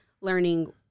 learning